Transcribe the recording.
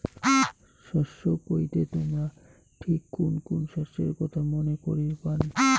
শস্য কইতে তোমরা ঠিক কুন কুন শস্যের কথা মনে করির পান?